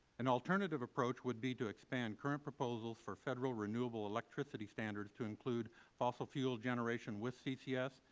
an alternative approach would be to expand current proposals for federal renewable electricity standards to include fossil fuel generation with ccs,